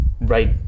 right